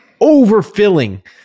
overfilling